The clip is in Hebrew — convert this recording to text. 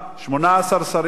18 שרים,